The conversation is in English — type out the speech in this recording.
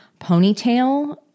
ponytail